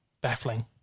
baffling